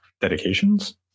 dedications